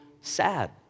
sad